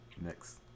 next